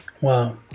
Wow